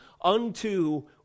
unto